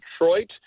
Detroit